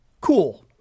cool